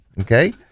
okay